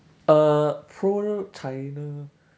uh pro china